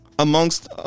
Amongst